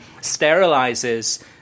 sterilizes